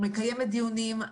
מקיימת דיונים.